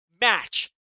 match